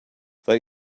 they